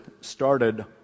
started